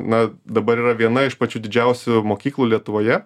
na dabar yra viena iš pačių didžiausių mokyklų lietuvoje